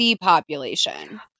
population